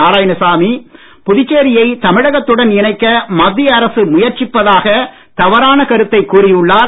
நாராயணசாமி புதுச்சேரியை தமிழகத்துடன் இணைக்க மத்திய அரசு முயற்சிப்பதாக தவறான கருத்தை கூறியுள்ளார்